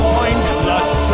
Pointless